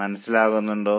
മനസ്സിലാകുന്നുണ്ടോ